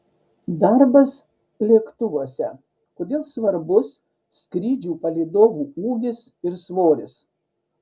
darbas lėktuvuose kodėl svarbus skrydžių palydovų ūgis ir svoris